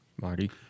marty